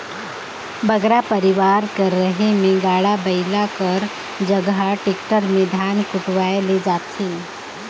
बगरा परिवार कर रहें में गाड़ा बइला कर जगहा टेक्टर में धान कुटवाए ले जाथें